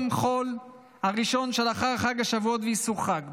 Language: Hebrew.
החול הראשון שלאחר חג השבועות ואסרו חג,